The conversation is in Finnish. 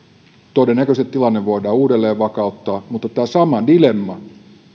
todennäköisesti tilanne voidaan uudelleen vakauttaa mutta tämä sama dilemma